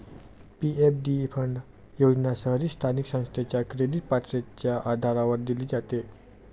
PFD fund योजना शहरी स्थानिक संस्थेच्या क्रेडिट पात्रतेच्या आधारावर दिली जाते